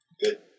good